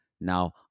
Now